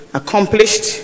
accomplished